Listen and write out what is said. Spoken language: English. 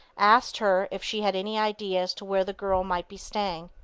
asked her if she had any idea as to where the girl might be staying.